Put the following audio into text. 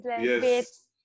yes